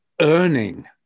earning